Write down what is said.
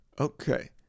okay